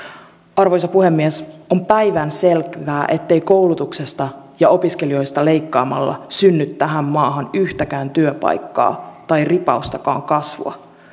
arvoisa puhemies on päivänselvää ettei koulutuksesta ja opiskelijoista leikkaamalla synny tähän maahan yhtäkään työpaikkaa tai ripaustakaan kasvua